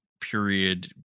period